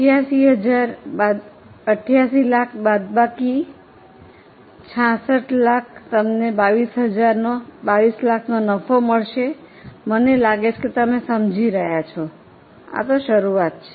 8800000 બાદબાકી 6600000 તમને 2200000 નો નફો મળશે મને લાગે છે તમે સમજી રહ્યા છો આ શરૂઆત છે